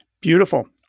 Beautiful